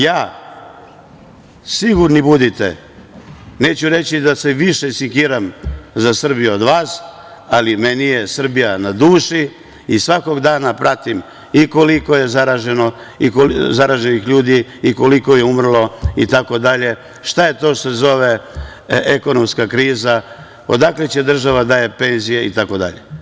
Ja, sigurni budite, neću reći da se više sekiram za Srbiju od vas, ali meni je Srbija na duši i svakog dana pratim i koliko je zaraženih ljudi i koliko je umrlo itd, šta je to što se zove ekonomska kriza, odakle će država da daje penzije itd.